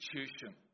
institution